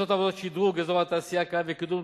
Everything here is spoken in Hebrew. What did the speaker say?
מתבצעות עבודות שדרוג באזור התעשייה הקיים וקידום